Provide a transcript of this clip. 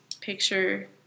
picture